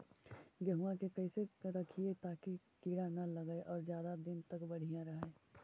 गेहुआ के कैसे रखिये ताकी कीड़ा न लगै और ज्यादा दिन तक बढ़िया रहै?